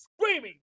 screaming